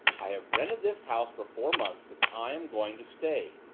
i have rented this house for four months and i am going to stay,